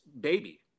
baby